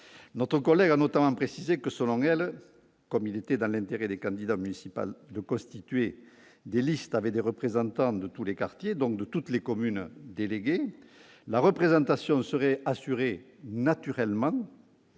Note collègue a notamment précisé que, selon elle, comme il était dans l'intérêt des candidats aux municipales de constituer des listes avec des représentants de tous les quartiers, donc de toutes les communes déléguées, la représentation serait assurée naturellement,